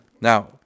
Now